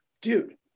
dude